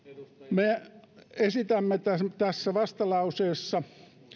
me esitämme tässä vastalauseessa